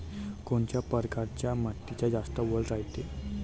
कोनच्या परकारच्या मातीत जास्त वल रायते?